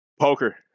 Poker